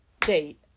date